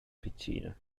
piccina